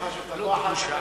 לא חשוב.